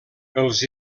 els